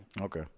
Okay